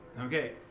okay